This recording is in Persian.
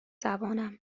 زبانم